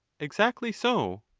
exactly so.